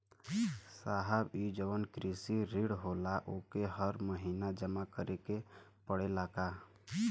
साहब ई जवन कृषि ऋण होला ओके हर महिना जमा करे के पणेला का?